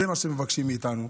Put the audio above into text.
זה מה שמבקשים מאיתנו.